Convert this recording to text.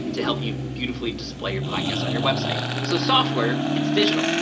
to help you beautifully display your podcast on your website. so software, it's digital.